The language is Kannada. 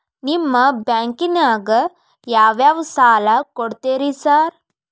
ನಿಮ್ಮ ಬ್ಯಾಂಕಿನಾಗ ಯಾವ್ಯಾವ ಸಾಲ ಕೊಡ್ತೇರಿ ಸಾರ್?